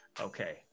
Okay